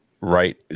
right